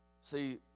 see